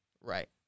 Right